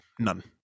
None